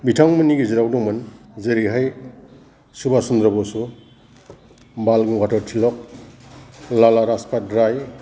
बिथांमोननि गेजेराव दंमोन जेरैहाय सुबास चन्द्र' बस बाल गंगाध'र तिलक लाला राजपद राय